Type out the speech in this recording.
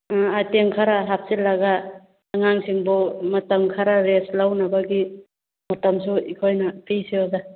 ꯎꯝ item ꯈꯔ ꯍꯥꯞꯆꯤꯜꯂꯒ ꯑꯉꯥꯡꯁꯤꯡꯕꯨ ꯃꯇꯝ ꯈꯔ ꯔꯦꯁ ꯂꯧꯅꯕꯒꯤ ꯃꯇꯝꯁꯨ ꯑꯩꯈꯣꯏꯅ ꯄꯤꯁꯦ ꯑꯣꯖꯥ